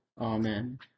amen